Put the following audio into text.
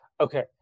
Okay